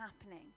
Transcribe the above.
happening